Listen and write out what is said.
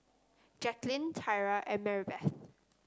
Jaclyn Tyra and Maribeth